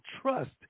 trust